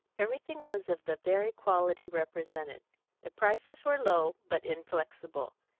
everything was of the very quality represented the prices were low, but inflexible,